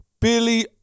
Billy